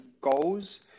goals